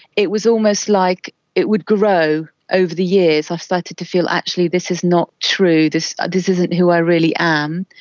it was almost like it would grow over the years. i started to feel actually this is not true, this this isn't who i really am.